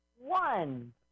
one